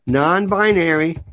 non-binary